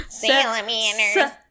salamanders